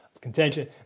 contention